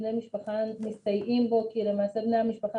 בני משפחה מסתייעים בו כי למעשה בני המשפחה